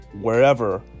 wherever